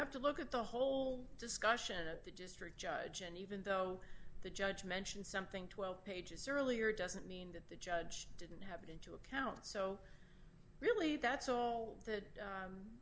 have to look at the whole discussion of the district judge and even though the judge mentioned something twelve pages earlier it doesn't mean that the judge did it into account so really that's all th